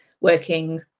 working